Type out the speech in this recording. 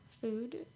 Food